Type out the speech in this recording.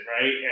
right